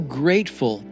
grateful